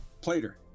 plater